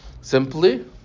Simply